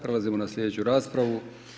Prelazimo na sljedeću raspravu.